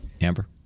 Amber